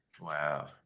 Wow